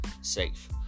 safe